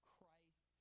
Christ